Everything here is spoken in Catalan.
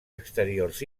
exteriors